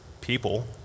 people